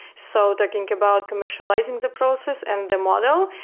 so talking about commercializing the process and the model,